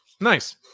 Nice